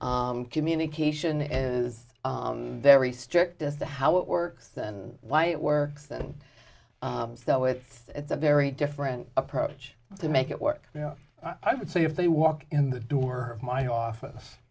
out communication is very strict as to how it works and why it works and well it's it's a very different approach to make it work you know i would say if they walk in the door my office